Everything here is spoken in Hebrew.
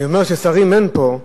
אני אומר ששרים אין פה,